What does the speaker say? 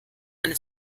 eine